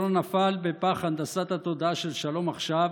שלא נפל בפח הנדסת התודעה של שלום עכשיו